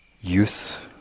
youth